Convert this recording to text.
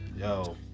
yo